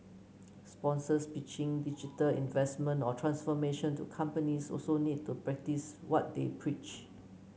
sponsors pitching digital investment or transformation to companies also need to practice what they preach